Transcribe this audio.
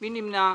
מי נמנע?